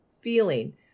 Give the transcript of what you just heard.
feeling